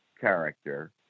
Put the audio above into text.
character